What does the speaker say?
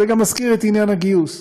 זה גם מזכיר את עניין הגיוס.